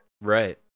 Right